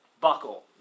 buckle